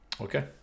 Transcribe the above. Okay